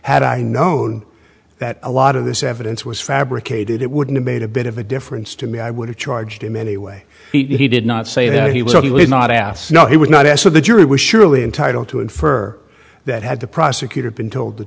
had i known that a lot of this evidence was fabricated it wouldn't have made a bit of a difference to me i would have charged him anyway he did not say that he was or he was not asked no he would not ask for the jury was surely entitled to infer that had the prosecutor been told the